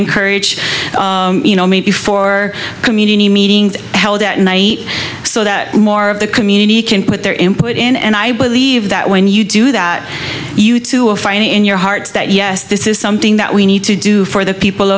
encourage you know maybe for community meetings held at night so that more of the community can put their input in and i believe that when you do that you to a fight in your hearts that yes this is something that we need to do for the people